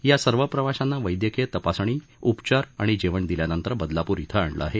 या सर्व प्रवाशांना वैदयकीय तपासणी उपचार आणि जेवण दिल्यानंतर बदलापूर इथं आणलं आहे